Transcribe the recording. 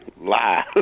lie